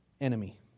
enemy